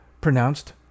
Pronounced